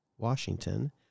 Washington